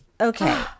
okay